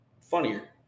funnier